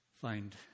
find